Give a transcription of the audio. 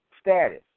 status